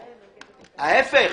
להיפך,